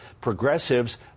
progressives